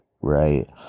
right